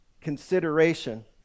consideration